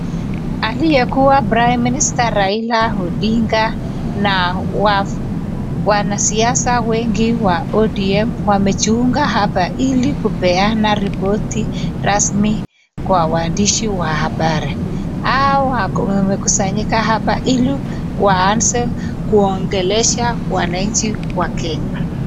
Aliyekuwa Prime Minister Raila Odinga na wanasiasa wengi wa ODM wamechunga hapa ili kupeana ripoti rasmi kwa waandishi wa habari. Hao wamekusanyika hapa ili waanze kuongelea wananchi wa Kenya.